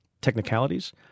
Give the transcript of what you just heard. technicalities